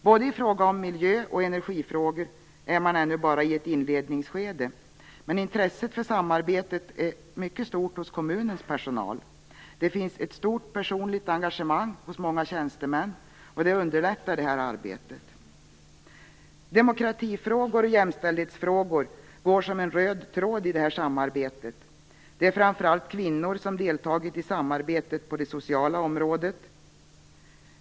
Både i fråga om miljö och energifrågor är man ännu bara i ett inledningsskede, men intresset för samarbetet är mycket stort hos kommunens personal. Det finns ett stort personligt engagemang hos många tjänstemän, vilket underlättar arbetet. Demokratifrågor och jämställdhetsfrågor går som en röd tråd i det här samarbetet. Det är framför allt kvinnor som deltagit i samarbetet på det sociala området.